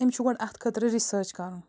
أمِس چھُ گۄڈٕ اَتھ خٲطرٕ رِسٲرٕچ کَرُن